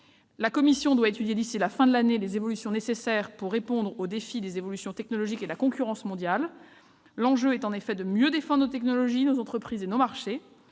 La Commission doit étudier d'ici à la fin de l'année les évolutions nécessaires pour répondre aux défis des évolutions technologiques et de la concurrence mondiale. L'enjeu est de mieux défendre nos technologies, nos entreprises et nos marchés,